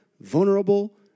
vulnerable